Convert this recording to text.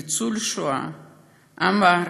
ניצול השואה אמר: